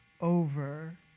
over